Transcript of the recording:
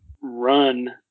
run